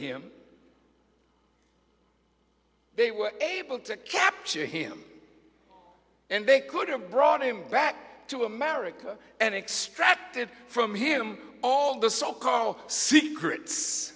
him they were able to capture him and they could have brought him back to america and extracted from him all the so called secrets